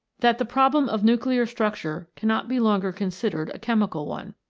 that the problem of nuclear structure cannot be longer considered a chemical one.